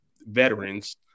veterans